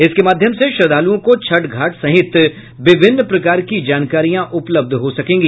इसके माध्यम से श्रद्वालुओं को छठ घाट सहित विभिन्न प्रकार की जानकारियां उपलब्ध हो सकेंगी